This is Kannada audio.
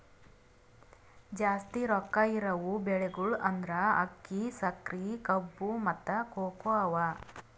ಜಾಸ್ತಿ ರೊಕ್ಕಾ ಇರವು ಬೆಳಿಗೊಳ್ ಅಂದುರ್ ಅಕ್ಕಿ, ಸಕರಿ, ಕಬ್ಬು, ಮತ್ತ ಕೋಕೋ ಅವಾ